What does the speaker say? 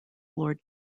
lord